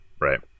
right